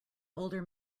older